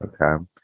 Okay